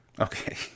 Okay